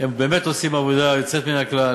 הם באמת עושים עבודה יוצאת מן הכלל.